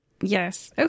Yes